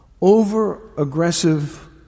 over-aggressive